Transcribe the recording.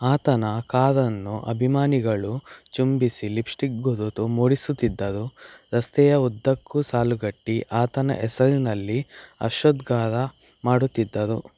ಆತನ ಕಾರನ್ನು ಅಭಿಮಾನಿಗಳು ಚುಂಬಿಸಿ ಲಿಪ್ಸ್ಟಿಕ್ ಗುರುತು ಮೂಡಿಸುತ್ತಿದ್ದರು ರಸ್ತೆಯ ಉದ್ದಕ್ಕೂ ಸಾಲುಗಟ್ಟಿ ಆತನ ಹೆಸರಿನಲ್ಲಿ ಹರ್ಷೋದ್ಗಾರ ಮಾಡುತ್ತಿದ್ದರು